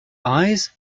eyes